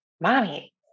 Mommy